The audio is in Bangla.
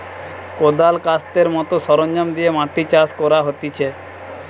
কদাল, কাস্তের মত সরঞ্জাম দিয়ে মাটি চাষ করা হতিছে